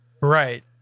Right